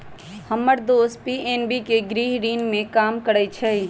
हम्मर दोस पी.एन.बी के गृह ऋण में काम करइ छई